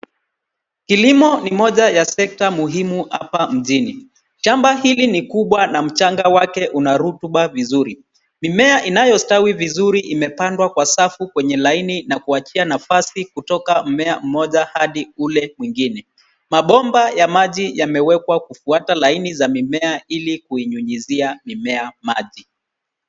Kilimo ni moja ya sekta muhimu hapa mjini. Shamba hili ni kubwa na mchanga wake una rutuba vizuri. Mimea inayostawi vizuri imepandwa kwa safu kwenye laini na kuwachia nafasi kutoka mmea mmoja hadi ule mwingine. Mabomba ya maji yamewekwa kufuata laini za mimea ili kuinyunyizia mimea maji.